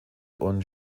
und